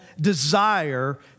desire